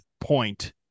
Point